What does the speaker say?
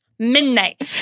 midnight